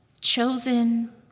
chosen